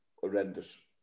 horrendous